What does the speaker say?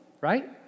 right